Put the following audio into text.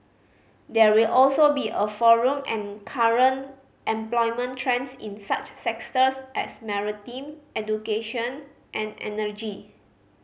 there will also be a forum and current employment trends in such as maritime education and energy